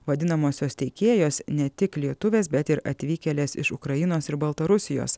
vadinamosios teikėjos ne tik lietuvės bet ir atvykėlės iš ukrainos ir baltarusijos